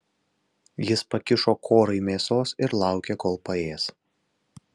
jis pakišo korai mėsos ir laukė kol paės